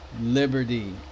liberty